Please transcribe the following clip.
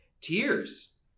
Tears